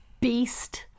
beast